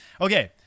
Okay